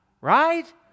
Right